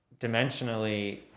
dimensionally